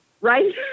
right